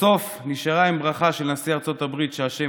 בסוף נשארה עם ברכה של נשיא ארצות הברית שהשם